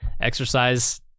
exercise